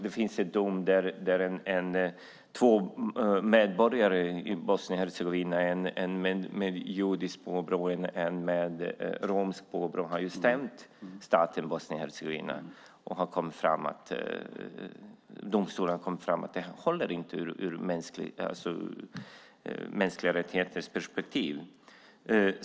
Det finns en dom där två medborgare i Bosnien och Hercegovina - en med judiskt påbrå och en med romskt påbrå - har stämt staten Bosnien och Hercegovina, och domstolen har kommit fram till att författningen inte håller ur mänskliga-rättigheter-perspektivet.